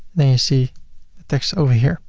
then you see text over here.